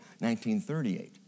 1938